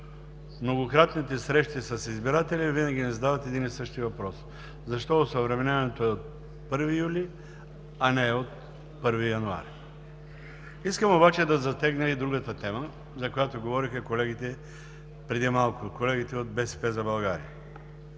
многократните срещи с избиратели винаги ни задават един и същи въпрос: защо осъвременяването е от 1 юли, а не е от 1 януари? Искам обаче да засегна и другата тема, за която говориха преди малко колегите от „БСП за България“